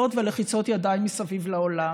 לארץ בגלל שענתה את התשובה הלא-נכונה,